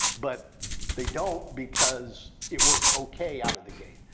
but they don't because it worked okay out of the gate.